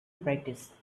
practice